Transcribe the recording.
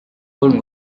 kolm